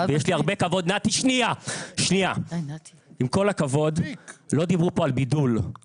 לא דיברו פה על בידול,